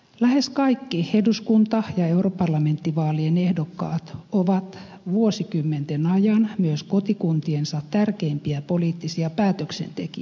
lähes kaikki eduskunta ja europarlamenttivaalien ehdokkaat ovat vuosikymmenten ajan myös kotikuntiensa tärkeimpiä poliittisia päätöksentekijöitä